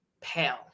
pale